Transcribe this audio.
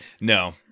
No